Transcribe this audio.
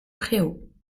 préaux